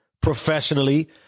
professionally